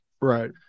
right